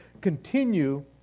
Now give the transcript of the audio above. continue